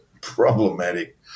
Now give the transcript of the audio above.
problematic